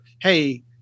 hey